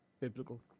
biblical